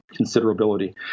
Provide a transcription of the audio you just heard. considerability